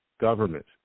government